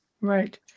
Right